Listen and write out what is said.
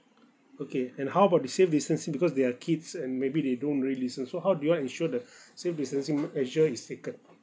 okay and how about the safe distancing because they are kids and maybe they don't really distance so how do you all ensure the safe distancing measure is taken